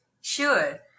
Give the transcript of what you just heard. Sure